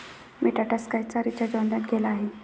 मी टाटा स्कायचा recharge online केला आहे